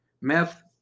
Meth